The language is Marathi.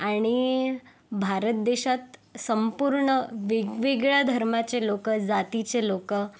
आणि भारत देशात संपूर्ण वेगवेगळ्या धर्माचे लोक जातीचे लोक